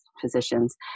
physicians